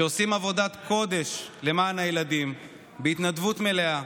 שעושים עבודת קודש למען הילדים בהתנדבות מלאה,